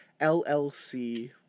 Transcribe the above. LLC